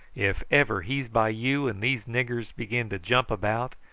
if ever he's by you and these niggers begin to jump about,